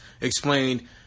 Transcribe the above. explained